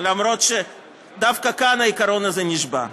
אף על פי שדווקא כאן העיקרון הזה נשבר.